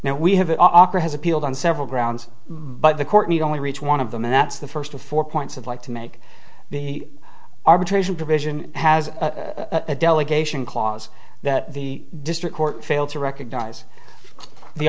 pros we have opera has appealed on several grounds but the court need only reach one of them and that's the first of four points of light to make the arbitration provision has a delegation clause that the district court failed to recognize the